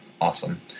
awesome